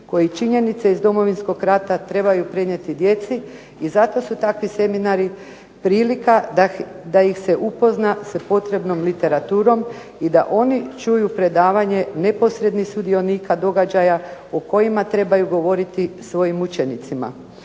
koji činjenice iz Domovinskog rata trebaju prenijeti djeci i zato su takvi seminari prilika da ih se upozna sa potrebnom literaturom i da oni čuju predavanje neposrednih sudionika događaja o kojima trebaju govoriti svojim učenicima.